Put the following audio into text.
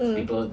mm